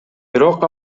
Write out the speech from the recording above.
бирок